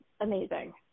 amazing